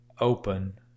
open